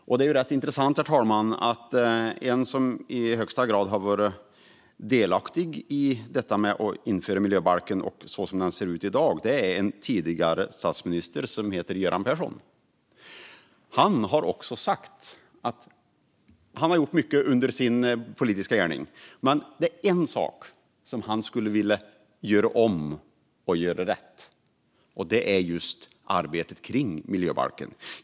Något som är rätt intressant, herr talman, är att den tidigare statsministern Göran Persson, som i högsta grad var delaktig i införandet av miljöbalken så som den ser ut i dag, har sagt att han har gjort mycket under sin politiska gärning men att det är en sak där han skulle vilja göra om och göra rätt, och det är just arbetet med miljöbalken.